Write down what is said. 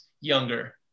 younger